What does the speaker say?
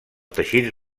teixits